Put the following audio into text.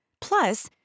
Plus